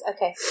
Okay